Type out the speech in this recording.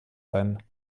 sein